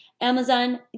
Amazon